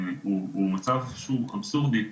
הוא מצב שהוא אבסורדי.